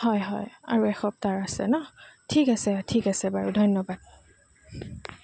হয় হয় আৰু এসপ্তাহৰ আছে ন ঠিক আছে ঠিক আছে বাৰু ধন্যবাদ